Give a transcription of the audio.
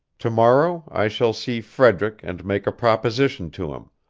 to-morrow i shall see frederick and make a proposition to him,